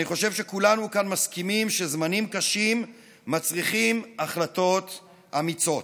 אני חושב שכולנו כאן מסכימים שזמנים קשים מצריכים החלטות אמיצות.